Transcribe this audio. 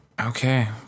Okay